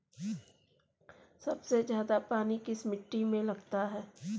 सबसे ज्यादा पानी किस मिट्टी में लगता है?